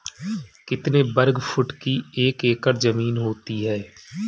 कितने वर्ग फुट की एक एकड़ ज़मीन होती है?